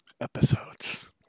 episodes